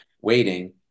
waiting